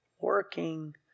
Working